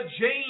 Jane